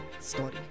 story